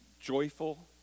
joyful